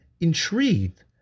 intrigued